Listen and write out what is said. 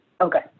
Okay